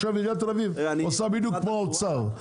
עכשיו עיריית תל אביב עושה בדיוק כמו האוצר,